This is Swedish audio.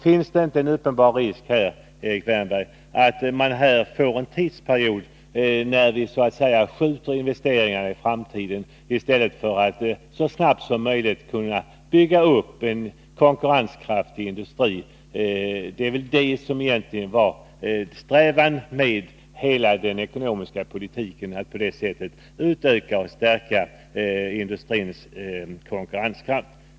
Finns det inte en uppenbar risk, Erik Wärnberg, att investeringarna under en tidsperiod skjuts på framtiden i stället för att vi så snabbt som möjligt skulle kunna bygga upp en konkurrenskraftig industri? Strävan med hela den ekonomiska politiken är väl ändå att på det sättet utöka och stärka industrins konkurrenskraft!